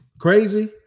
crazy